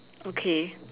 okay